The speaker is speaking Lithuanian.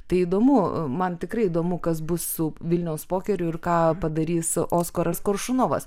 tai įdomu man tikrai įdomu kas bus su vilniaus pokeriu ir ką padarys oskaras koršunovas